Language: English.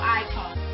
icon